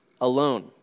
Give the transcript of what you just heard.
alone